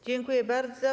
Dziękuję bardzo.